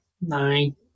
nine